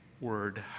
word